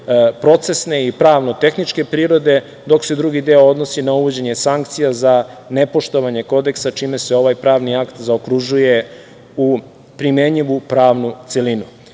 procesne i pravno-tehničke prirode, dok se drugi deo odnosi na uvođenje sankcija za nepoštovanje Kodeksa, čime se ovaj pravni akt zaokružuje u primenjivu pravnu